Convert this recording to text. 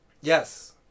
Yes